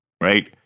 right